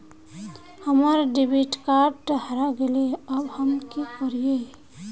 हमर debit card हरा गेले अब हम की करिये?